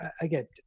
again